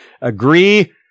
agree